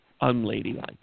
unladylike